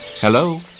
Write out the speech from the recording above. Hello